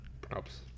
Props